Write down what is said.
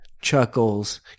Chuckles